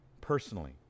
personally